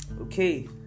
okay